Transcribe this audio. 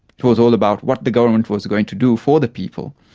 it was all about what the government was going to do for the people.